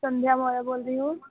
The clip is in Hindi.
संध्या मौर्या बोल रही हूँ